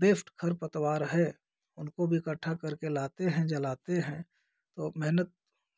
best खर पतवार है उनको भी इकट्ठा कर के लाते हैं जलाते हैं तो मेहनत